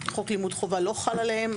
שחוק לימוד חובה לא חל עליהן,